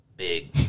Big